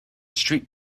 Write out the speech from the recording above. street